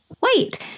Wait